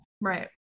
Right